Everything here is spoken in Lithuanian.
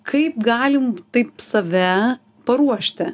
kaip galim taip save paruošti